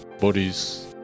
bodies